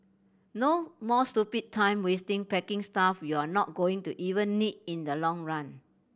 no more stupid time wasting packing stuff you're not going to even need in the long run